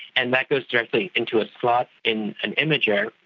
and that goes directly into a slot in an imager,